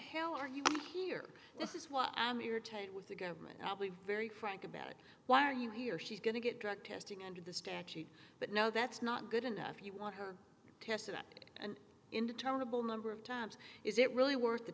hell are you here this is what i'm irritated with the government i'll be very frank about it why are you here she's going to get drug testing under the statute but no that's not good enough you want her tested and indeterminable number of times is it really worth the